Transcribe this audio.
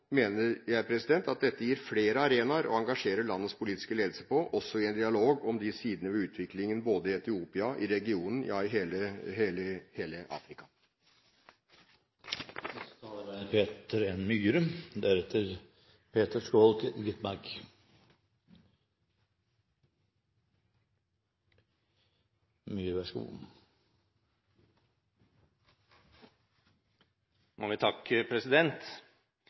mener jeg at dette gir flere arenaer å engasjere landets politiske ledelse på, også i en dialog om disse sidene ved utviklingen både i Etiopia, i regionene, ja i hele